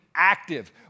active